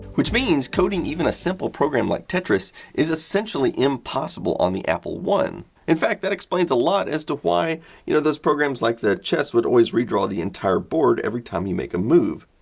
which means, coding a simple program like tetris is essentially impossible on the apple one. in fact, that explains a lot as to why you know those programs like the chess would always redraw the entire board every time you make a move.